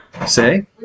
say